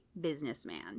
businessman